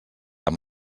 amb